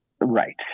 right